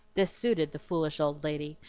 this suited the foolish old lady,